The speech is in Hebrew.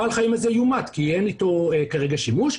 בעל החיים הזה יומת כי אין איתו כרגע שימוש,